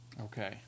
Okay